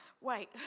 Wait